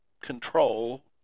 control